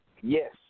Yes